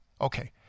Okay